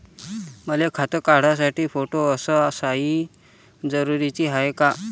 मले खातं काढासाठी फोटो अस सयी जरुरीची हाय का?